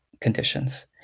conditions